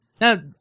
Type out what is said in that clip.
Now